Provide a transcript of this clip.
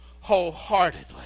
wholeheartedly